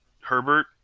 Herbert